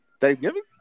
Thanksgiving